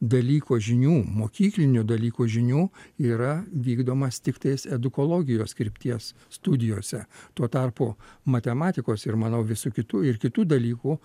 dalyko žinių mokyklinių dalyko žinių yra vykdomas tiktais edukologijos krypties studijose tuo tarpu matematikos ir manau visų kitų ir kitų dalykų